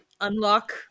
unlock